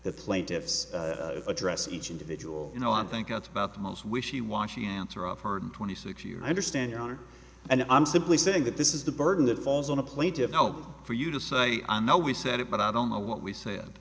the plaintiffs address each individual you know i think that's about the most wishy washy answer of heard twenty six year i understand your honor and i'm simply saying that this is the burden that falls on a plate of help for you to say no we said it but i don't know what we sa